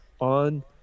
on